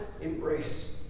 embrace